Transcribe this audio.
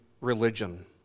religion